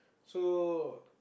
so